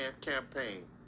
campaign